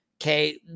Okay